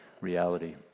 reality